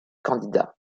candidat